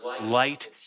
light